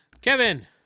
Kevin